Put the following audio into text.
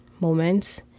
moments